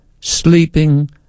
Sleeping